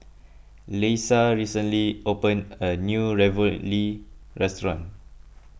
Leisa recently opened a new Ravioli restaurant